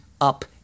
up